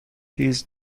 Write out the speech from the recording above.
his